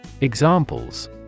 Examples